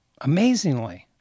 amazingly